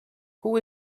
who